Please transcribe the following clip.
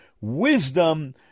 wisdom